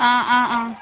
आं आं आं